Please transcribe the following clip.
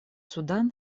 судан